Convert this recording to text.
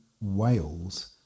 Wales